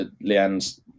leanne's